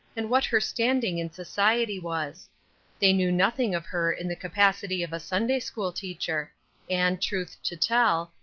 and what her standing in society was they knew nothing of her in the capacity of a sunday-school teacher and, truth to tell,